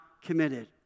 committed